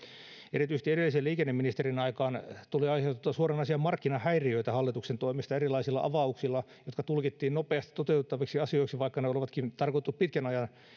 erityisesti edellisen liikenneministerin aikaan tuli aiheutettua suoranaisia markkinahäiriöitä hallituksen toimesta erilaisilla avauksilla jotka tulkittiin nopeasti toteutettaviksi asioiksi vaikka ne olikin tarkoitettu pitkän ajan